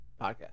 podcast